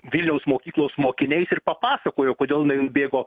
vilniaus mokyklos mokiniais ir papasakojo kodėl jinain bėgo